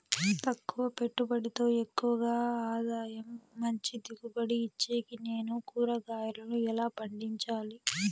తక్కువ పెట్టుబడితో ఎక్కువగా ఆదాయం మంచి దిగుబడి ఇచ్చేకి నేను కూరగాయలను ఎలా పండించాలి?